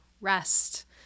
rest